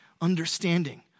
understanding